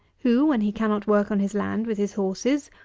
who, when he cannot work on his land with his horses,